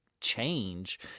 change